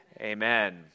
amen